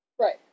Right